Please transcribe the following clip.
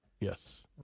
Yes